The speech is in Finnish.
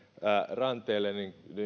ranteelle